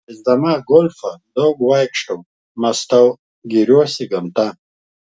žaisdama golfą daug vaikštau mąstau gėriuosi gamta